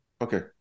Okay